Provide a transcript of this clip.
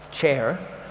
chair